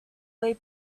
way